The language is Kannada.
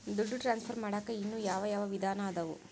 ದುಡ್ಡು ಟ್ರಾನ್ಸ್ಫರ್ ಮಾಡಾಕ ಇನ್ನೂ ಯಾವ ಯಾವ ವಿಧಾನ ಅದವು?